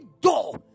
door